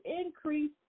increase